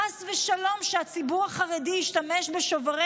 חס ושלום שהציבור החרדי ישתמש בשוברי